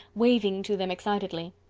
waving to them excitedly.